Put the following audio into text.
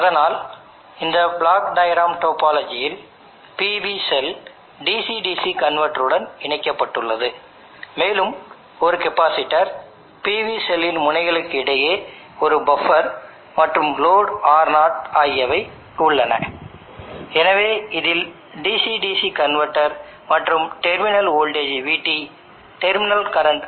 இங்கு photovoltaic module system பயன்படுத்துவோம் இது PVசெல் ஆகும் இந்த டெர்மினல்க்கு இடையே பஃப்பர் கெப்பாசிட்டென்ஸ் உள்ளது மற்றும் DC DC converter PV module மற்றும் லோடு R0 க்கு இடையில் இன்டர்பேஸ் ஆக செயல்படுகிறது